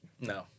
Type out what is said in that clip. No